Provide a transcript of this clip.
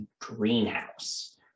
greenhouse